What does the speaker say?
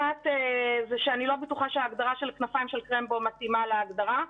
אחת זה שאני לא בטוחה שההגדרה של 'כנפיים של קרמבו' מתאימה להגדרה,